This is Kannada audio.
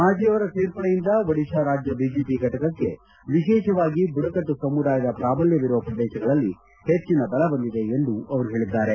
ಮಾಜ್ಜಿ ಅವರ ಸೇರ್ಪಡೆಯಿಂದ ಒಡಿಶಾ ರಾಜ್ಜ ಬಿಜೆಪಿ ಘಟಕಕ್ಕೆ ವಿಶೇಷವಾಗಿ ಬುಡಕಟ್ಟು ಸಮೂದಾಯದ ಪ್ರಾಬಲ್ಲವಿರುವ ಪ್ರದೇಶಗಳಲ್ಲಿ ಹೆಚ್ಚಿನ ಬಲ ಬಂದಿದೆ ಎಂದು ಅವರು ಹೇಳಿದ್ದಾರೆ